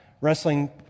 wrestling